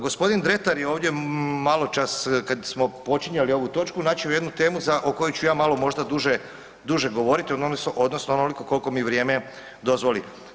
Gospodin Dretar je ovdje maločas kad smo počinjali ovu točku načeo jednu temu o kojoj ću ja možda malo duže govoriti, odnosno onoliko koliko mi vrijeme dozvoli.